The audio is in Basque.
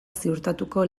ziurtatuko